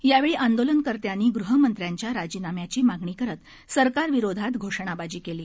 यावेळी आंदोलनकर्त्यांनी गृहमंत्र्यांच्या राजीनाम्याची मागणी करत सरकारविरोधात घोषणाबाजी केली